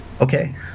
Okay